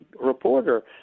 reporter